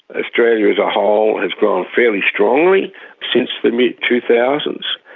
australia as a whole has grown fairly strongly since the mid two thousand s.